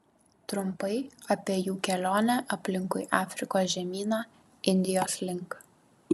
trumpai apie jų kelionę aplinkui afrikos žemyną indijos link